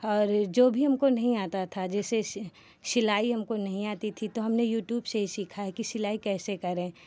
और जो भी हमको नहीं आता था जैसे सिलाई हमको नहीं आती थी तो हमने यूट्यूब से ही सीखा है कि सिलाई कैसे करें